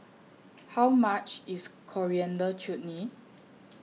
How much IS Coriander Chutney